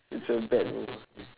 it's a bad move uh